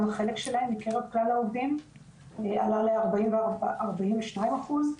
גם החלק שלהם בקרב כלל העובדים עלה לארבעים ושתיים אחוז.